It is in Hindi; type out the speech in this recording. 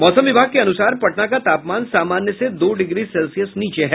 मौसम विभाग के अनुसार पटना का तापमान सामान्य से दो डिग्री सेल्सियस नीचे है